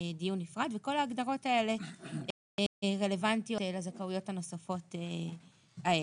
דיון נפרד וכל ההגדרות האלה הן רלוונטיות לזכאויות הנוספות האלה.